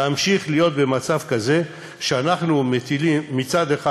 להמשיך להיות במצב כזה שאנחנו מצד אחד